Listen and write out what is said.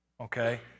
okay